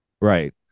Right